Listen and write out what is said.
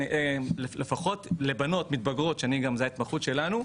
ולפחות לבנות מתבגרות שזו גם ההתמחות שלנו,